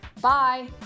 Bye